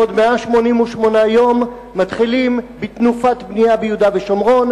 בעוד 188 יום מתחילים בתנופת בנייה ביהודה ושומרון.